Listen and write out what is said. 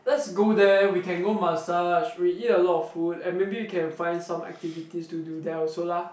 let's go there we can go massage we eat a lot of food and maybe we can find some activities to do there also lah